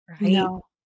No